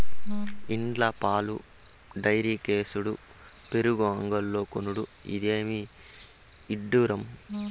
ఇండ్ల పాలు డైరీకేసుడు పెరుగు అంగడ్లో కొనుడు, ఇదేమి ఇడ్డూరం